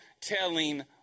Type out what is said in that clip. telling